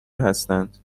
هستند